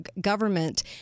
government